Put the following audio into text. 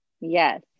Yes